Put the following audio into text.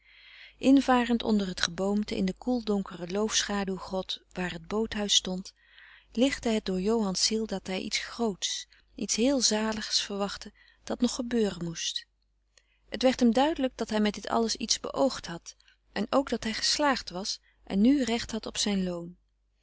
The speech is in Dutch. invarend onder het geboomte in de koel donkere loofschaduw grot waar het boothuis stond lichtte het door johan's ziel dat hij iets groots iets heel zaligs verwachtte dat nog gebeuren moest het werd hem duidelijk dat hij met dit alles iets beoogd had en ook dat hij geslaagd was en nu recht had op zijn loon